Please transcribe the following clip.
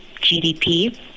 GDP